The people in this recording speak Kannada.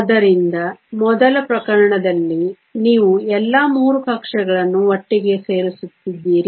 ಆದ್ದರಿಂದ ಮೊದಲ ಪ್ರಕರಣದಲ್ಲಿ ನೀವು ಎಲ್ಲಾ 3 ಕಕ್ಷೆಗಳನ್ನು ಒಟ್ಟಿಗೆ ಸೇರಿಸುತ್ತಿದ್ದೀರಿ